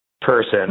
person